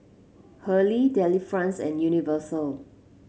Hurley Delifrance and Universal